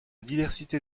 diversité